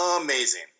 Amazing